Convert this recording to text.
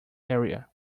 area